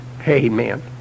Amen